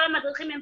כל המדריכים הם